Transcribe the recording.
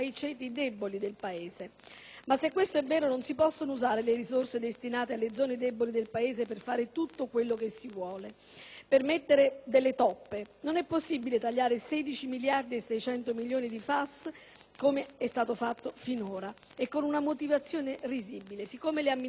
Ma se questo è vero, non si possono usare le risorse destinate alle zone deboli del Paese per fare tutto quello che si vuole, per mettere delle toppe. Non è possibile tagliare 16,600 miliardi di FAS, come è stato fatto finora, con la motivazione risibile che, siccome le amministrazioni di quelle aree,